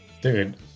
Dude